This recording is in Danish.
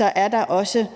er der også